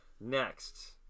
next